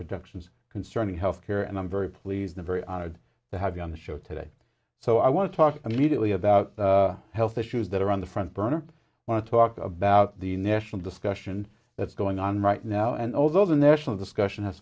producer concerning health care and i'm very pleased i'm very honored to have you on the show today so i want to talk immediately about health issues that are on the front burner i want to talk about the national discussion that's going on right now and although the national discussion